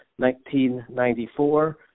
1994